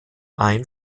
ein